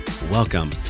welcome